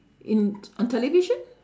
in t~ on television